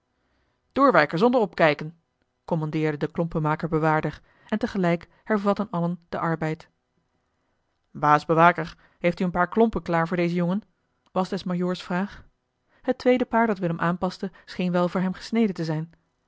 doorwerken zonder opkijken kommandeerde de klompenmaker bewaarder en tegelijk hervatten allen den arbeid baas bewaker heeft u een paar klompen klaar voor dezen jongen was des majoors vraag het tweede paar dat willem aanpaste scheen wel voor hem gesneden te zijn